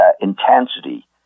intensity